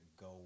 go